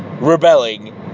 rebelling